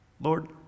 Lord